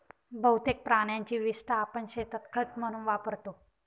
बहुतेक प्राण्यांची विस्टा आपण शेतात खत म्हणून वापरतो